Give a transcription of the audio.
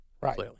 right